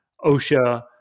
OSHA